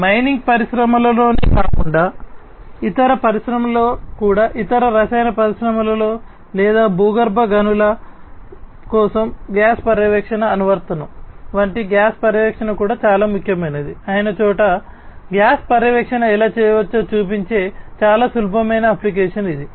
mining పరిశ్రమలలోనే కాకుండా ఇతర పరిశ్రమలలో కూడా ఇతర రసాయన పరిశ్రమలలో లేదా భూగర్భ గనుల కోసం గ్యాస్ పర్యవేక్షణ అనువర్తనం వంటి గ్యాస్ పర్యవేక్షణ కూడా చాలా ముఖ్యమైనది అయిన చోట గ్యాస్ పర్యవేక్షణ ఎలా చేయవచ్చో చూపించే చాలా సులభమైన అప్లికేషన్ ఇది